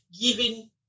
giving